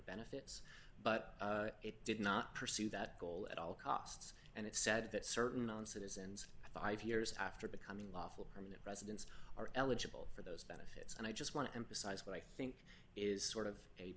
benefits but it did not pursue that goal at all costs and it said that certain non citizens five years after becoming lawful permanent residents are eligible for the benefits and i just want to emphasize what i think is sort of a